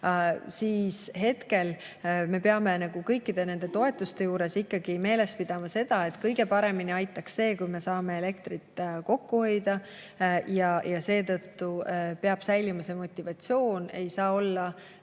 Praegu me peame kõikide nende toetuste juures meeles pidama seda, et kõige paremini aitaks see, kui me saame elektrit kokku hoida, ja seetõttu peab säilima motivatsioon. Meil ei ole